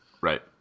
Right